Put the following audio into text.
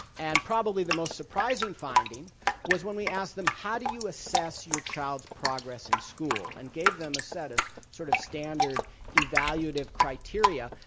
and probably the most surprising finding was when we asked them, how do you assess your child's progress in school, and gave them a set of sort of standard evaluative criteria.